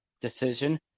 decision